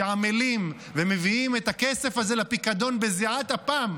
שעמלים ומביאים את הכסף הזה לפיקדון בזיעת אפם.